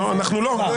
לא, אנחנו לא.